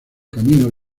camino